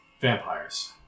vampires